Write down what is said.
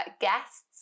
guests